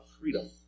freedom